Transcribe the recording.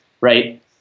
right